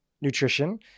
nutrition